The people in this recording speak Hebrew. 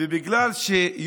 חבר הכנסת עידן רול, אינו